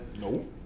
No